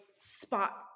spot